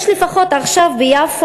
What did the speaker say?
יש עכשיו ביפו,